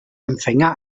empfänger